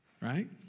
right